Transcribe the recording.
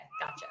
gotcha